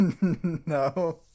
No